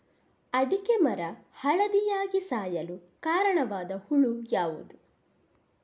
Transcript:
ಅಡಿಕೆ ಮರ ಹಳದಿಯಾಗಿ ಸಾಯಲು ಕಾರಣವಾದ ಹುಳು ಯಾವುದು?